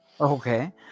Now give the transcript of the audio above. okay